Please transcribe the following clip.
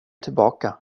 tillbaka